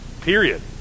period